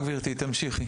בבקשה, גבירתי, תמשיכי.